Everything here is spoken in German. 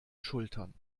schultern